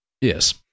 Yes